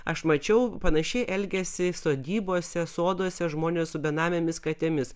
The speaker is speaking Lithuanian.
aš mačiau panašiai elgiasi sodybose soduose žmonės su benamėmis katėmis